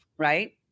Right